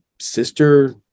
sister